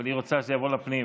אבל היא רוצה שזה יעבור לפנים.